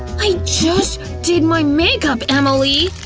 i just did my makeup, emily!